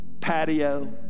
patio